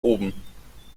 oben